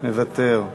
מוותר.